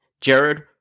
Jared